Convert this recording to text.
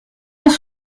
dans